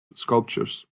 sculptures